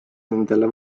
nendele